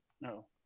No